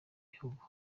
bihugu